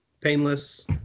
painless